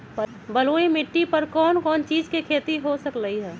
बलुई माटी पर कोन कोन चीज के खेती हो सकलई ह?